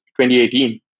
2018